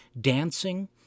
dancing